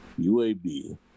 UAB